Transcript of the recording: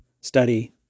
Study